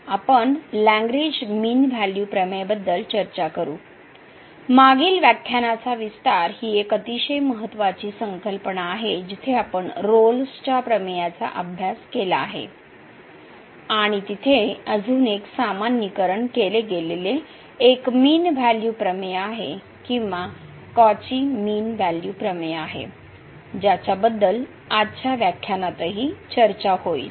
तर आपण Lagrange mean value प्रमेयबद्दल चर्चा करू मागील व्याख्यानाचा विस्तार ही एक अतिशय महत्वाची संकल्पना आहे जिथे आपण रोल्सच्या प्रमेयाचा अभ्यास केला आहे आणि तिथे अजून एक सामान्यीकरण केले गेलेले एक मीन व्हॅल्यू प्रमेय आहे किंवा काची मीन व्हॅल्यू प्रमेय आहे ज्याबद्दल आजच्या व्याख्यानातही चर्चा होईल